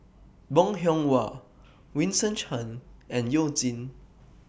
Bong Hiong Hwa Vincent Cheng and YOU Jin